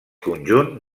conjunt